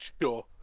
sure